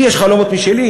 לי יש חלומות משלי.